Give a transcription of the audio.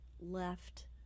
left